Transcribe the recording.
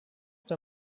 der